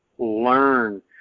learn